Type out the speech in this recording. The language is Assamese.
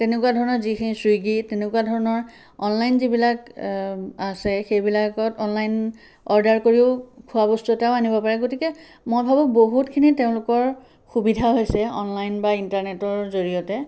তেনেকুৱা ধৰণৰ যিখিনি চুইগি তেনেকুৱা ধৰণৰ অনলাইন যিবিলাক আছে সেইবিলাকত অনলাইন অৰ্ডাৰ কৰিও খোৱা বস্তু এটাও আনিব পাৰে গতিকে মই ভাবোঁ বহুতখিনি তেওঁলোকৰ সুবিধা হৈছে অনলাইন বা ইণ্টাৰনেটৰ জড়িয়তে